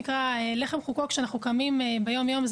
הדברים שהם לחם חוקו כשאנחנו קמים ביום-יום,